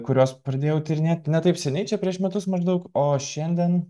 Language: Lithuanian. kuriuos pradėjau tyrinėti ne taip seniai čia prieš metus maždaug o šiandien